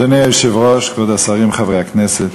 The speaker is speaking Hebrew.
אדוני היושב-ראש, כבוד השרים, חברי הכנסת,